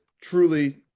truly